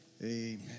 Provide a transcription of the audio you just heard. Amen